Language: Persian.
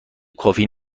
کافی